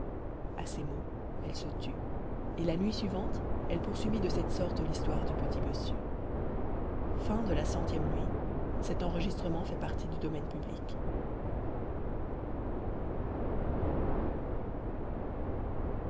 à ces mots elle se tut et la nuit suivante elle poursuivit de cette sorte l'histoire du petit bossu ci nuit